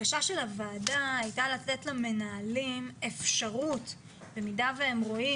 של הוועדה הייתה לתת למנהלים אפשרות במידה והם רואים